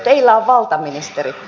teillä on valta ministeri